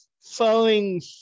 following